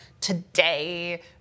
today